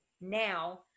now